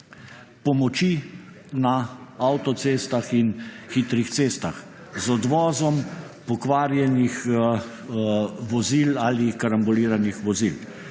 pomoči na avtocestah in hitrih cestah, z odvozom pokvarjenih vozil ali karamboliranih vozil.